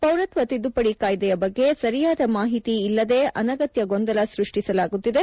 ಪೌರತ್ವ ತಿದ್ದುಪಡಿ ಕಾಯ್ದೆಯ ಬಗ್ಗೆ ಸರಿಯಾದ ಮಾಹಿತಿ ಇಲ್ಲದೇ ಅನಗತ್ಯ ಗೊಂದಲ ಸೃಷ್ಠಿಸಲಾಗುತ್ತಿದೆ